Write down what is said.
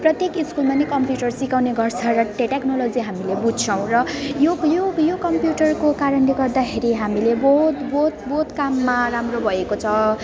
प्रत्येक स्कुलमा नै कम्प्युटर सिकाउने गर्छ र टे टेक्नोलोजी हामीले बुझ्छौँ र यो यो यो कम्प्युटरको कारणले गर्दाखेरि हामीले बहुत बहुत बहुत काममा राम्रो भएको छ